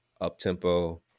up-tempo